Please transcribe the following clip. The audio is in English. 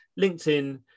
LinkedIn